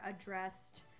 addressed